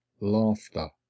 laughter